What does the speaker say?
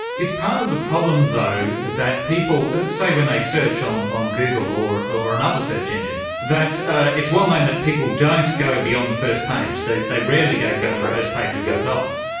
is part of the problem, though, that people say when they search on on google or or another search engine that it's well known that people don't go beyond the first page. they they rarely go beyond the first page of the yeah result.